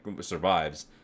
survives